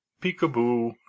Peek-a-boo